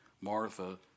Martha